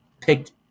picked